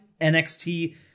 NXT